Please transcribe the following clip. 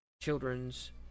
children's